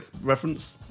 reference